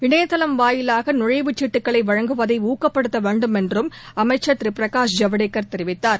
இணையதளம் வாயிலாக நுழைவுச் சீட்டுகளை வழங்குவதை ஊக்கப்படுத்த வேண்டும் என்றும் அமைச்சர் திரு பிரகாஷ் ஜவடேகர் தெரிவித்தார்